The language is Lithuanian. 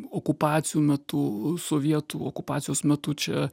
okupacijų metu sovietų okupacijos metu čia